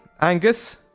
Angus